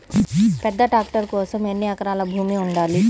పెద్ద ట్రాక్టర్ కోసం ఎన్ని ఎకరాల భూమి ఉండాలి?